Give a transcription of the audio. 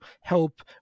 help